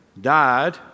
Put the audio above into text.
died